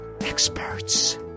experts